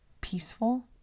peaceful